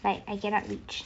like I cannot reach